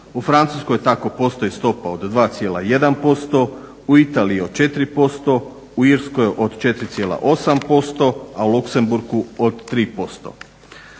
U Francuskoj tako postoji stopa od 2,1% u Italiji od 4% u Irskoj od 4,8% a u Luksemburgu od 3%.